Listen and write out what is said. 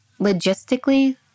logistically